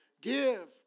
Give